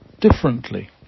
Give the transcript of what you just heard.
differently